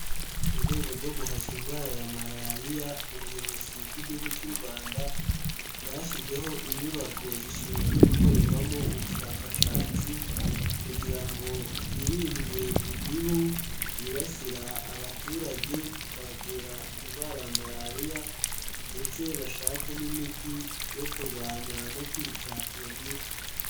Mu rwego rwo guhashya indwara ya Malariya, ubuyobozi bw'igihugu cy'u Rwanda bwashyizeho inyubako zishinzwe gukorerwamo ubushakashatsi kugira ngo hirindwe imibu yibasira abaturage ikabatera indwara ya Malariya ndetse bashake n'imiti yo kurwanya no kwica iyo mibu.